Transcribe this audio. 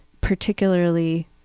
particularly